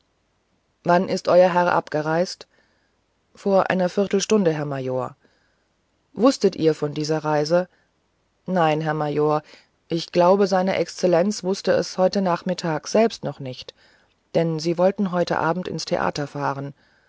wann ist euer herr abgereist vor einer viertelstunde herr major wußtet ihr um seine reise nein herr major ich glaube seine exzellenz wußten es heute nachmittag selbst noch nicht denn sie wollten heute abend ins theater fahren